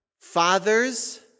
Fathers